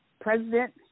President